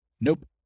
Nope